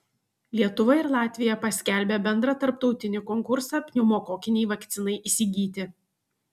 lietuva ir latvija paskelbė bendrą tarptautinį konkursą pneumokokinei vakcinai įsigyti